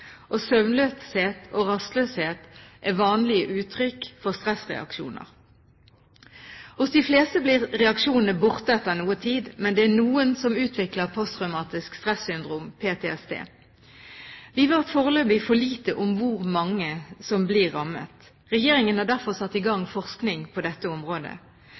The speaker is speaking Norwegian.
Søvnløshet og rastløshet er vanlige uttrykk for stressreaksjoner. Hos de fleste blir reaksjonene borte etter noen tid, men det er noen som utvikler posttraumatisk stressyndrom, PTSD. Vi vet foreløpig for lite om hvor mange som blir rammet. Regjeringen har derfor satt i gang forskning på dette området.